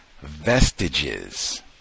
vestiges